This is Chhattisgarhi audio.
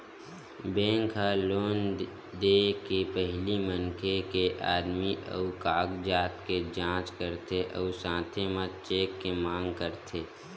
बेंक ह लोन दे के पहिली मनखे के आमदनी अउ कागजात के जाँच करथे अउ साथे म चेक के मांग करथे